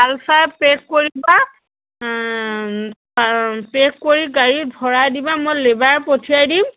ভাল চাই পেক কৰিবা পেক কৰি গাড়ীত ভৰাই দিবা মই লেবাৰ পঠিয়াই দিম